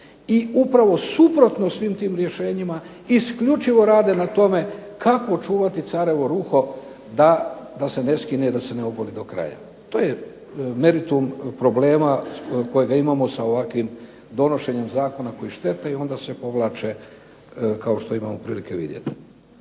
i upravo suprotno tim svim rješenjima isključivo rade na tome kako čuvati carevo ruho da se ne skine i da se ne ogoli do kraja. To je meritum problema kojega imamo sa ovakvim donošenjem zakona koji štete i onda se povlače kao što imamo prilike vidjeti.